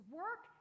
work